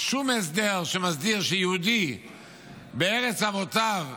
שום הסדר שמסדיר שיהודי בארץ אבותיו,